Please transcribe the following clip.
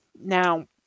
Now